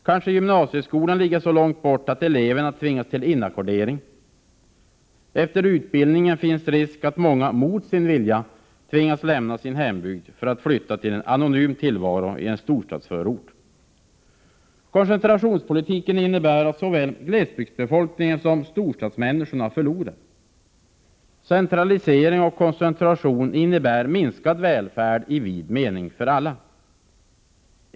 Kanske gymnasieskolan ligger så långt bort att eleverna tvingas till inackordering. Efter utbildningen finns risken att många mot sin vilja tvingas lämna sin hembygd för att flytta till en anonym tillvaro i en storstadsförort. Koncentrationspolitiken innebär att såväl glesbygdsbefolkningen som storstadsmänniskorna förlorar. Centralisering och koncentrationspolitik innebär minskad välfärd i vid mening för alla.